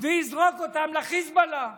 ויזרוק אותם לחיזבאללה,